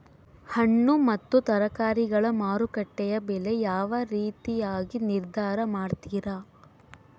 ಹಣ್ಣು ಮತ್ತು ತರಕಾರಿಗಳ ಮಾರುಕಟ್ಟೆಯ ಬೆಲೆ ಯಾವ ರೇತಿಯಾಗಿ ನಿರ್ಧಾರ ಮಾಡ್ತಿರಾ?